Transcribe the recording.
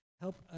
Help